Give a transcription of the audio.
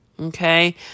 okay